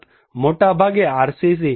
છત મોટાભાગે RCC